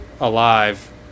alive